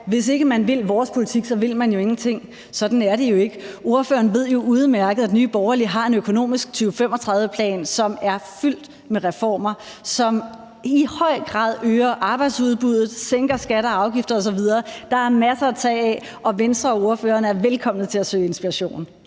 hvis ikke man vil vores politik, vil man jo ingenting. Sådan er det jo ikke. Ordføreren ved udmærket, at Nye Borgerlige har en økonomisk 2035-plan, som er fyldt med reformer, som i høj grad øger arbejdsudbuddet, sænker skatter og afgifter osv. Der er masser at tage af, og Venstre og ordføreren er velkomne til at søge inspiration.